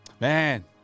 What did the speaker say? man